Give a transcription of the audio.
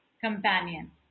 companion